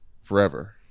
forever